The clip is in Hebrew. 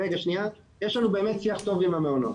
שניה, יש לנו שיח טוב עם המעונות.